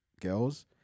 girls